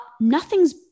nothing's